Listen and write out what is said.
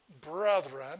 Brethren